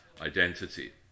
identity